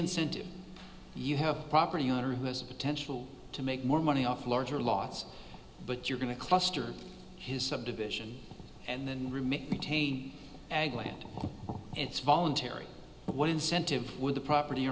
incentive you have a property owner has a potential to make more money off larger loss but you're going to cluster his subdivision and then remake maintain and land it's voluntary what incentive would the property